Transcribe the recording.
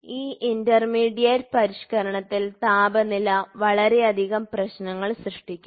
ഈ ഇന്റർമീഡിയറ്റ് പരിഷ്ക്കരണത്തിൽ താപനില വളരെയധികം പ്രശ്നങ്ങൾ സൃഷ്ടിക്കുന്നു